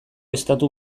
estatu